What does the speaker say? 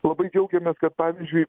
labai džiaugiamės kad pavyzdžiui